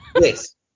yes